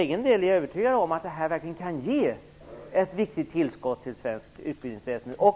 För egen del är jag övertygad om att det här verkligen kan vara ett viktigt tillskott i svenskt utbildningsväsen.